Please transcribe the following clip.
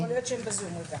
יכול להיות שהם בזום.